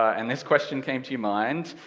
and this question came to your mind,